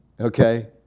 Okay